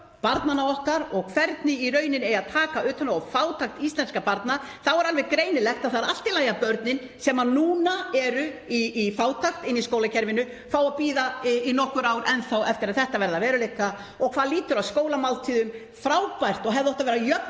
barnanna okkar og hvernig eigi að taka utan um það og fátækt íslenskra barna þá er alveg greinilegt að það er allt í lagi að börnin sem núna eru í fátækt í skólakerfinu fái að bíða í nokkur ár enn þá eftir að þetta verði að veruleika. Og hvað lýtur að skólamáltíðum: Frábært og hefði átt að vera